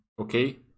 okay